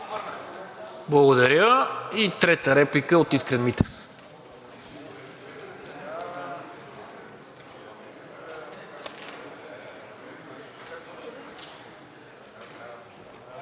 Благодаря. Трета реплика от Искрен Митев.